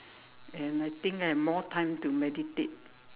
and I think I have more time to meditate